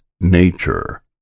nature